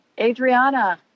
Adriana